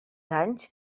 anys